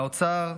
האוצר,